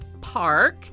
Park